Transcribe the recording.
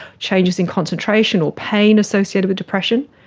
changes in concentration or pain associated with depression.